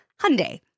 Hyundai